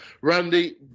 Randy